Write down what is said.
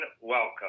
welcome